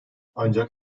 ancak